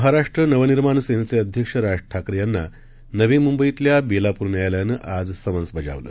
महाराष्ट्रनवनिर्माणसेनेचेअध्यक्षराजठाकरेयांनानवीमुंबईतल्याबेलापूरन्यायालयानं आजसमन्सबजावलं